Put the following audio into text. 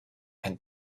had